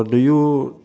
do you